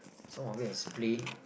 some of it is play